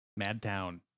Madtown